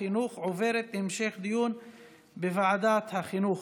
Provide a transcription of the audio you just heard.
החינוך עוברת להמשך דיון בוועדת החינוך,